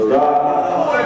צבוע.